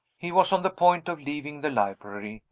he was on the point of leaving the library,